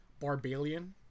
Barbalian